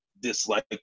dislike